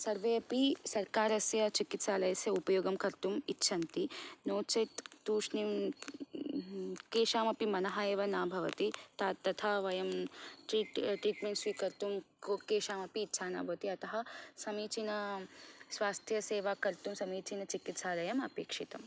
सर्वेपि सर्वकारस्य चिकित्सालयस्य उपयोगं कर्तुं इच्छन्ति नो चेत् तूष्णिम् केषां अपि मनः एव न भवति तथा वयं ट्रीट् ट्रिटमेण्ट् स्वीकर्तुं केषामपि इच्छा न भवति अतः समीचीना स्वास्थ्यसेवा कर्तुं समीचीनं चिकित्सालयम् अपेक्षितम्